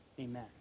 Amen